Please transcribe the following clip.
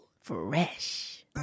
Fresh